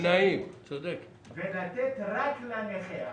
שצריך לתת רק לנכה.